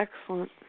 Excellent